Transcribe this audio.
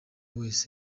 wese